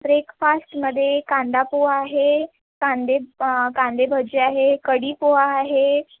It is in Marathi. ब्रेकफास्टमध्ये कांदा पोहा आहे कांदे कांदे भजे आहे कढी पोहा आहे